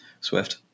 Swift